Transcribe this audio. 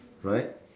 right